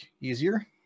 easier